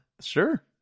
Sure